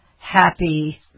Happy